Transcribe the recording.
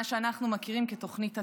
מה שאנחנו מכירים כתוכנית הצפון,